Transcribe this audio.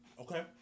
Okay